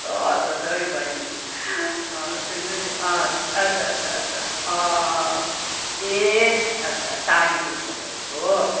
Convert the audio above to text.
कस्तो हँसाउँछ हो यो बहिनीले अँ सुन्नु नि अँ आच्छा आच्छा आच्छा अँ अँ ए अच्छा सारीको कुरा गरेको